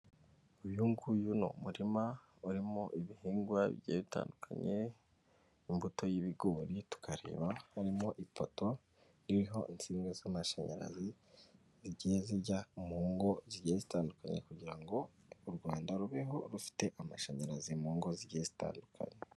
Uyu nguyu ni umurima urimo ibihingwa bigiye bitandukanye, imbuto y'ibigori, tukareba harimo ipoto ririho insinga z'amashanyarazi, zigiye zijya mu ngo zigiye zitandukanye, kugira ngo u Rwanda rubeho rufite amashanyarazi mu ngo zijyiye zitandukanye.